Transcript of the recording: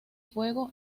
fuego